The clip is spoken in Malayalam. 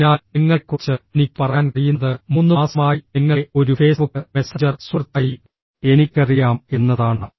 അതിനാൽ നിങ്ങളെക്കുറിച്ച് എനിക്ക് പറയാൻ കഴിയുന്നത് മൂന്ന് മാസമായി നിങ്ങളെ ഒരു ഫേസ്ബുക്ക് മെസഞ്ചർ സുഹൃത്തായി എനിക്കറിയാം എന്നതാണ്